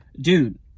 dude